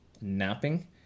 napping